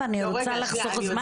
ואני רוצה לחסוך זמן.